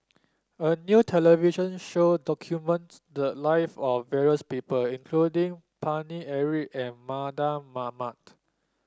a new television show documents the live of various people including Paine Eric and Mardan Mamat